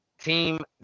Team